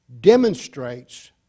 demonstrates